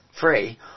free